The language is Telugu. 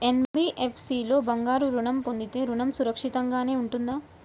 ఎన్.బీ.ఎఫ్.సి లో బంగారు ఋణం పొందితే బంగారం సురక్షితంగానే ఉంటుందా?